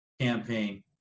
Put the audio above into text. campaign